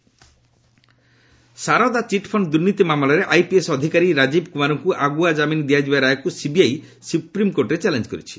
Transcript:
Saradha chit fund ମାମଲା Saradha chit fund ଦୁର୍ନୀତି ମାମଲାରେ ଆଇପିଏସ୍ ଅଧିକାରୀ ରାଜୀବ କୁମାରଙ୍କୁ ଆଗୁଆ ଜାମିନ ଦିଆଯିବା ରାୟକୁ ସିବିଆଇ ସୁପ୍ରିମକୋର୍ଟରେ ଚ୍ୟାଲେଞ୍ଜ କରିଛି